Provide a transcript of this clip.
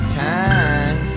time